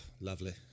lovely